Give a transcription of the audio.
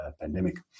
pandemic